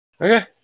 Okay